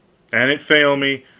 an it fail me,